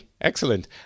Excellent